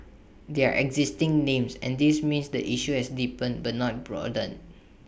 they are existing names and this means the issue has deepened but not broadened